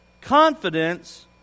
confidence